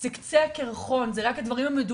זה קצה הקרחון, זה רק הדברים המדווחים.